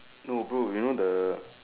no bro you know the